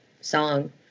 song